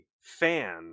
fan